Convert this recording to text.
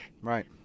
right